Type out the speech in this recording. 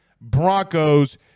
Broncos